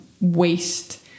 waste